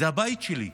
זה הבית שלי,